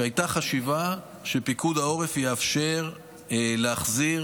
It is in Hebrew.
שהייתה חשיבה שפיקוד העורף יאפשר להחזיר